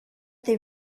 they